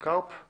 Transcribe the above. שלום